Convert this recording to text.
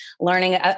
learning